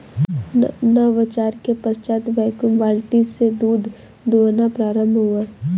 नवाचार के पश्चात वैक्यूम बाल्टी से दूध दुहना प्रारंभ हुआ